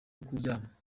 kuryama